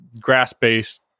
grass-based